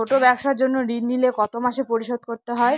ছোট ব্যবসার জন্য ঋণ নিলে কত মাসে পরিশোধ করতে হয়?